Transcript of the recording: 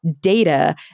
data